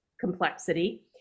complexity